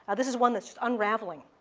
this is one that's unraveling.